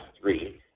three